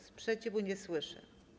Sprzeciwu nie słyszę.